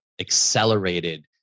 accelerated